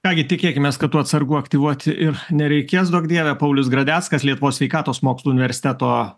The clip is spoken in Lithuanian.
ką gi tikėkimės kad tų atsargų aktyvuoti ir nereikės duok dieve paulius gradeckas lietuvos sveikatos mokslų universiteto